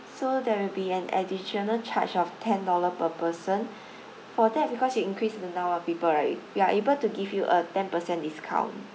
so there will be an additional charge of ten dollars per person for that because you increase the number of people right we are able to give you a ten percent discount